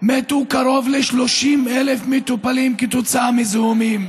מתו קרוב ל-30,000 מטופלים כתוצאה מזיהומים.